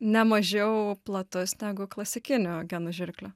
ne mažiau platus negu klasikinių genų žirklių